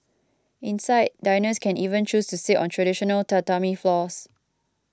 inside diners can even choose to sit on traditional Tatami floors